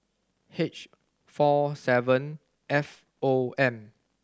H four seven F O M